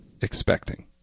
expecting